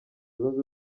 zunze